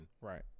Right